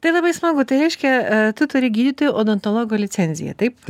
tai labai smagu tai reiškia tu turi gydytojo odontologo licenciją taip